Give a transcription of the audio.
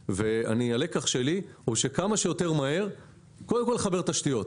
והלקח שלי הוא שכמה שיותר מהר לחבר תשתיות.